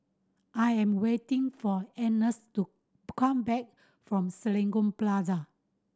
I am waiting for Ernest to come back from Serangoon Plaza